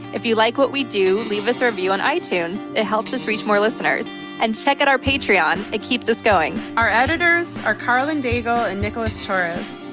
if you like what we do, leave us a review on itunes. it helps us reach more listeners and check out our patreon, it keeps us going. our editors are carlin daigo and nicholas torres.